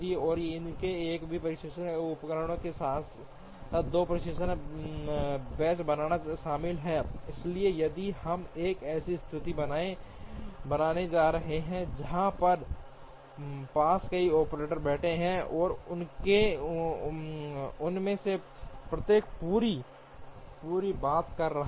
और इसमें एक ही परीक्षण उपकरण के साथ 2 परीक्षण बेंच बनाना शामिल होगा इसलिए यदि हम एक ऐसी स्थिति बनाने जा रहे हैं जहां हमारे पास कई ऑपरेटर बैठे हैं और उनमें से प्रत्येक पूरी बात कर रहा है